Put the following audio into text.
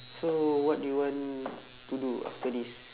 so what do you want to do after this